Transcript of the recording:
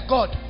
God